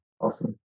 Awesome